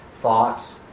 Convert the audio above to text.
thoughts